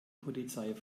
polizei